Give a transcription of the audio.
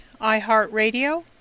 iHeartRadio